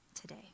today